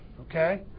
Okay